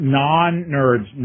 non-nerds